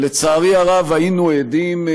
לצערי הרב, היינו עדים,